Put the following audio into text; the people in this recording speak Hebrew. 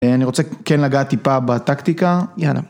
אני רוצה כן לגעת טיפה בטקטיקה, יאללה.